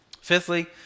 Fifthly